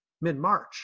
mid-March